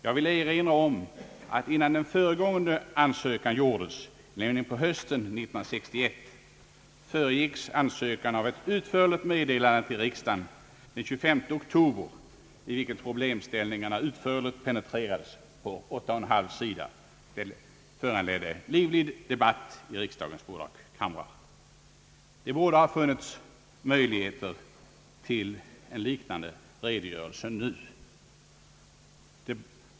Jag vill erinra om att innan den föregående ansökan gjordes, nämligen på hösten 1961, föregicks den av ett utförligt meddelande till riksdagen den 25 oktober, i vilket problemställningarna noggrant penetrerades på åtta och en halv sidor. Det föranledde en livlig debatt i riksdagens båda kamrar. Det borde ha funnits möjligheter till en liknande redogörelse nu.